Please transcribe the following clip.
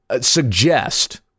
suggest